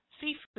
seafood